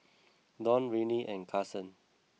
Don Rennie and Carson